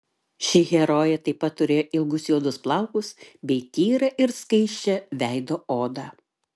ši herojė taip pat turėjo ilgus juodus plaukus bei tyrą ir skaisčią veido odą